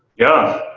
yeah,